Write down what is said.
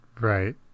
Right